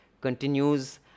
continues